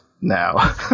now